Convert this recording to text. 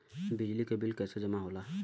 बिजली के बिल कैसे जमा होला?